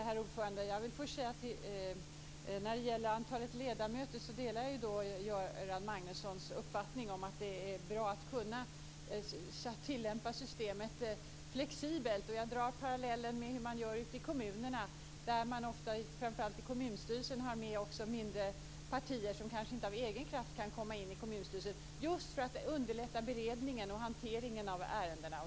Herr talman! Jag vill först säga att när det gäller antalet ledamöter delar jag Göran Magnussons uppfattning om att det är bra att kunna tillämpa systemet flexibelt, och jag drar en parallell med hur man gör ute i kommunerna, där man ofta, framför allt i kommunstyrelsen, har med också mindre partier som kanske inte av egen kraft kan komma in i kommunstyrelsen, just för att underlätta beredningen och hanteringen av ärendena.